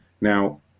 Now